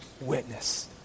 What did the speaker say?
witness